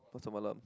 pasar malam